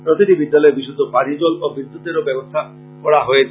প্রতিটি বিদ্যালয়ে বিশুদ্ধ পানীয় জল ও বিদুৎতের ব্যবস্থা রয়েছে